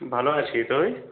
ভালো আছি তুই